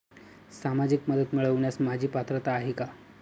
सामाजिक मदत मिळवण्यास माझी पात्रता आहे का?